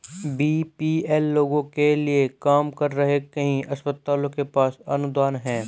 BPL लोगों के लिए काम कर रहे कई अस्पतालों के पास अनुदान हैं